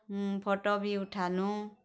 photo ବି ଉଠାଲୁଁ